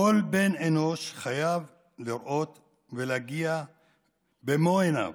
כל בן אנוש חייב להגיע ולראות במו עיניו